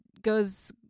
goes